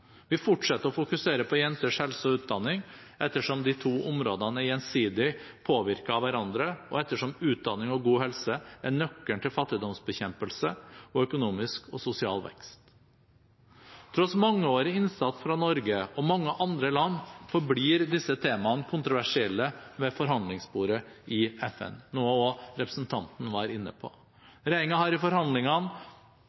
Vi fortsetter å fokusere på jenters helse og utdanning ettersom de to områdene er gjensidig påvirket av hverandre, og ettersom utdanning og god helse er nøkkelen til fattigdomsbekjempelse og økonomisk og sosial vekst. Tross mangeårig innsats fra Norge og mange andre land forblir disse temaene kontroversielle ved forhandlingsbordet i FN, noe også representanten var inne på. Regjeringen har i forhandlingene